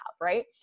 right